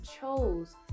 chose